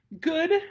Good